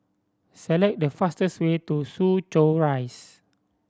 select the fastest way to Soo Chow Rise